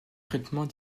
traitement